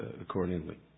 accordingly